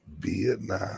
Vietnam